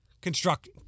Construct